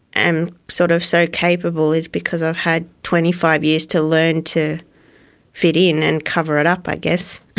am sort of so capable is because i've had twenty five years to learn to fit in and cover it up, i guess,